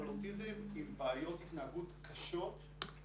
אבל אוטיזם עם בעיות התנהגות קשות,